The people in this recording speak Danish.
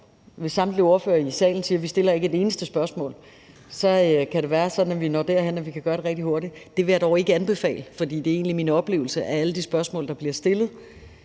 hvis samtlige ordførere i salen siger, at de ikke stiller et eneste spørgsmål, så kan det være sådan, at vi når derhen, at vi kan gøre det rigtig hurtigt. Det vil jeg dog ikke anbefale, for det er egentlig min oplevelse, at alle de spørgsmål, der bliver stillet,